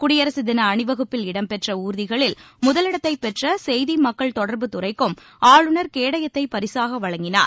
குடியரசு தின அணிவகுப்பில் இடம் பெற்ற ஊர்திகளில் முதலிடத்தைப் பெற்ற செய்தி மக்கள் தொடர்புத் துறைக்கும் ஆளுநர் கேடயத்தை பரிசாக வழங்கினார்